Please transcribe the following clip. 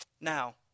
Now